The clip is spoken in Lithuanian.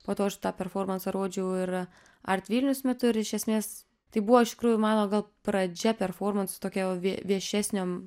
po to aš tą performansą rodžiau ir art vilnius metu ir iš esmės tai buvo iš tikrųjų mano gal pradžia performansų tokio viešesnio